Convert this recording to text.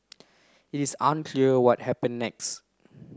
it is unclear what happen next